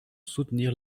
soutenir